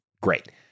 Great